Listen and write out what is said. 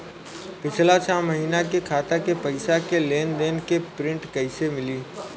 पिछला छह महीना के खाता के पइसा के लेन देन के प्रींट कइसे मिली?